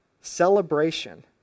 Celebration